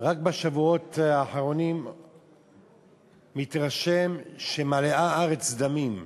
רק בשבועות האחרונים מתרשם שמלאה הארץ דמים.